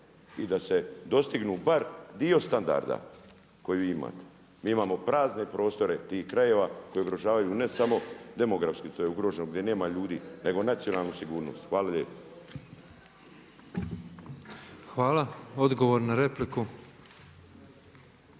i da se dostigne bar dio standarda koji vi imate. Mi imamo prazne prostore tih krajeva koji ugrožavaju ne samo demografski, to je ugroženo gdje nema ljudi nego nacionalnu sigurnost. Hvala lijepo.